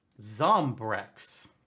Zombrex